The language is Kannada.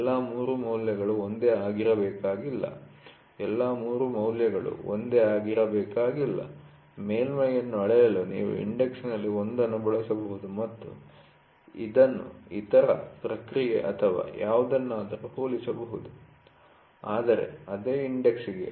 ಎಲ್ಲಾ 3 ಮೌಲ್ಯಗಳು ಒಂದೇ ಆಗಿರಬೇಕಾಗಿಲ್ಲ ಎಲ್ಲಾ ಮೂರು ಮೌಲ್ಯಗಳು ಒಂದೇ ಆಗಿರಬೇಕಾಗಿಲ್ಲ ಮೇಲ್ಮೈ ಅನ್ನು ಅಳೆಯಲು ನೀವು ಇಂಡೆಕ್ಸ್'ನಲ್ಲಿ ಒಂದನ್ನು ಬಳಸಬಹುದು ಮತ್ತು ಇದನ್ನು ಇತರ ಇತರ ಪ್ರಕ್ರಿಯೆ ಅಥವಾ ಯಾವುದನ್ನಾದರೂ ಹೋಲಿಸಬಹುದು ಆದರೆ ಅದೇ ಇಂಡೆಕ್ಸ್'ಗೆ